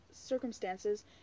circumstances